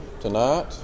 tonight